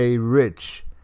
Rich